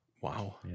Wow